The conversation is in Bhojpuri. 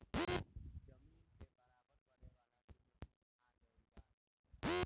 जमीन के बराबर करे वाला भी मशीन आ गएल बा